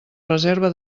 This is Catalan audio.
reserva